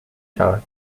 شود